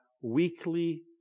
weekly